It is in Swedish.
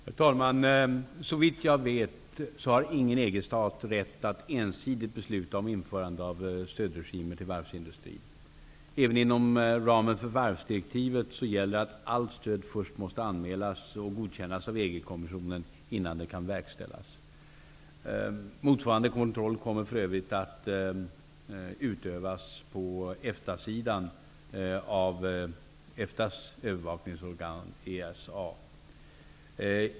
Herr talman! Såvitt jag vet har ingen EG-stat rätt att ensidigt besluta om införande av stödregimer till varvsindustrin. Även inom ramen för varvsdirektivet gäller att allt stöd måste anmälas och godkännas av EG-kommissionen innan det kan verkställas. Motsvarande kontroll kommer för övrigt att utövas på EFTA-sidan av EFTA:s övervakningsorgan ESA.